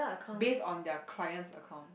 based on their client's account